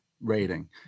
rating